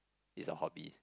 is a hobby